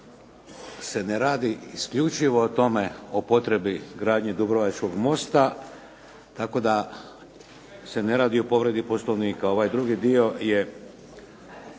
se ne radi isključivo o tome, o potrebi gradnje dubrovačkog mosta, tako da se ne radi o povredi poslovnika. …/Upadica se